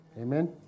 Amen